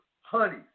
honey